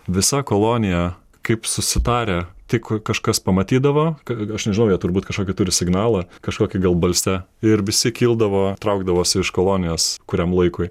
visa kolonija kaip susitarę tik kažkas pamatydavo k aš nežinau jie turbūt kažkokį turi signalą kažkokį gal balse ir visi kildavo traukdavosi iš kolonijos kuriam laikui